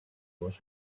was